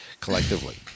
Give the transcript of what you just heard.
collectively